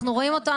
אנחנו רואים אותו,